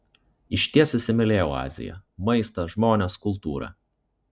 išties įsimylėjau aziją maistą žmones kultūrą